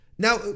Now